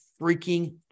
freaking